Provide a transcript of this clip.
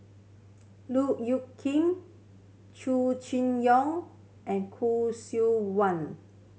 Look Kit Chow Chee Yong and Khoo Seok Wan